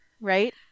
right